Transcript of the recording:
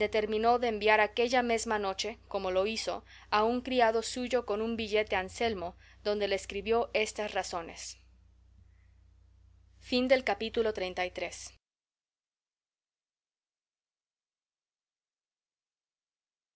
determinó de enviar aquella mesma noche como lo hizo a un criado suyo con un billete a anselmo donde le escribió estas razones capítulo xxxiv